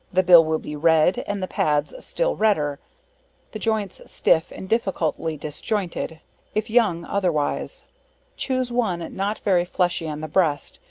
the bill will be red, and the pads still redder the joints stiff and difficultly disjointed if young, otherwise choose one not very fleshy on the breast,